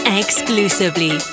exclusively